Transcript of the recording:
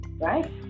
right